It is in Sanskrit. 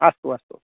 अस्तु अस्तु